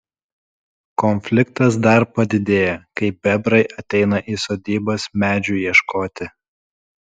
konfliktas dar padidėja kai bebrai ateina į sodybas medžių ieškoti